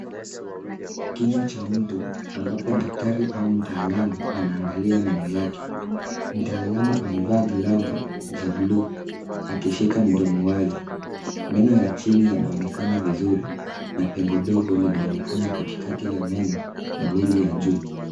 Kinywa cha mtu, ambapo daktari au mtaalamu anaangalia meno yake. Mtaalamu amevaa glavu za bluu akishika mdomo wazi. Meno ya chini yanaonekana vizuri na pengo dogo linaonekana katikati ya meno mawili ya juu.